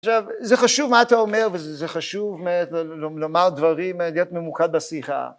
עכשיו, זה חשוב מה אתה אומר, וזה חשוב לומר דברים, להיות ממוקד בשיחה.